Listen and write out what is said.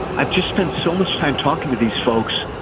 i've just spent so much time talking to these folks.